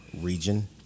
region